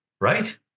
right